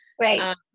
Right